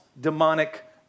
demonic